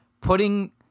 putting